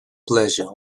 pleasure